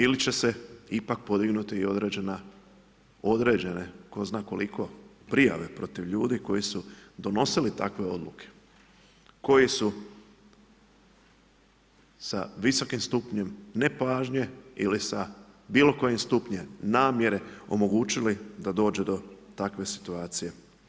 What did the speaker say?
Ili će se ipak podignuti i određene, tko zna koliko, prijave protiv ljudi koji su donosili takve odluke, koji su sa visokim stupnjem nepažnje ili sa bilo kojim stupnjem namjere omogućili da dođe do takve situacije.